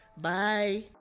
bye